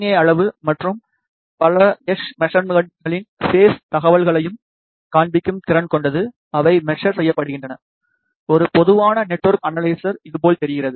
ஏ அளவு மற்றும் எஸ் மெஷர்மென்ட்களின் பேஸ் தகவல்களையும் காண்பிக்கும் திறன் கொண்டது அவை மெஷர் செய்யப்படுகின்றன ஒரு பொதுவான நெட்வொர்க் அனலைசர் இதுபோல் தெரிகிறது